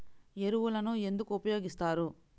ఎరువులను ఎందుకు ఉపయోగిస్తారు?